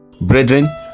brethren